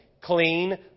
clean